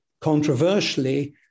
controversially